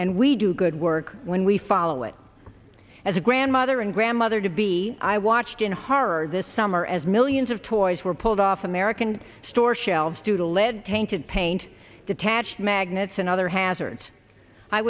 and we do good work when we follow it as a grandmother and grandmother to be i watched in horror this summer as millions of toys were pulled off american store shelves due to lead tainted paint detached magnets and other hazards i